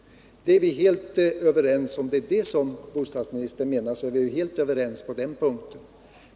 Det är vi helt överens om, om det är det som bostadsministern menar.